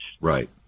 right